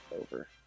over